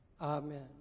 Amen